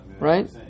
right